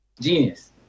Genius